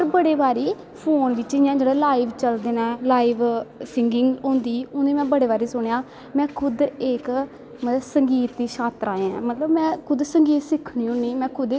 पर बड़े बारी फोन बिच्च इयां लाईव चलदे नै लाईव सिंगिंग होंदी उनें में बड़े बारी सुनेआ में खुद इक मतलव संगीत दी शात्तरा ऐ मतलव में खुद सिंगिंग सिक्खनी होनी खुद